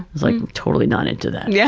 like, totally not into that. yeah